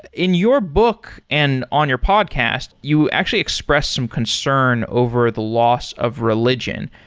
in your book and on your podcast, you actually express some concern over the loss of religion.